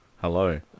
Hello